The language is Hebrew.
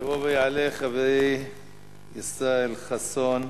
יעלה ויבוא חברי חבר הכנסת ישראל חסון,